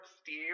Steve